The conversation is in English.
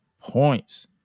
points